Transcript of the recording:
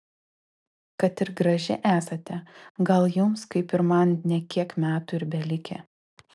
kad ir graži esate gal jums kaip ir man ne kiek metų ir belikę